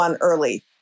early